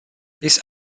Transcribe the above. these